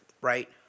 Right